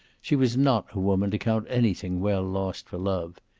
she was not a woman to count anything well lost for love.